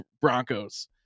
Broncos